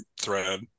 thread